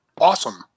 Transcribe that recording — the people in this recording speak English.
Awesome